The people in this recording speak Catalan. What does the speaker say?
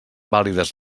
vàlides